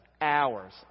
hours